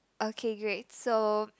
okay great so